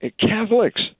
Catholics